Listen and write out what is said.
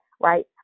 right